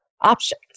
options